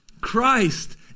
Christ